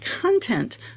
content